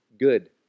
good